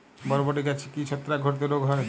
বরবটি গাছে কি ছত্রাক ঘটিত রোগ হয়?